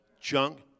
junk